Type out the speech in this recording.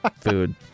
food